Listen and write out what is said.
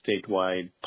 statewide